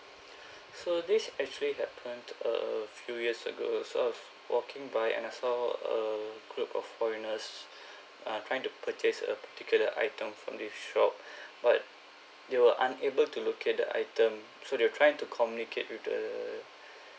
so this actually happened a few years ago so I was walking by and I saw a group of foreigners uh trying to purchase a particular item from this shop but they were unable to locate the item so they were trying to communicate with the